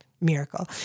miracle